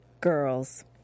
GIRLS